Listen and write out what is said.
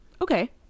Okay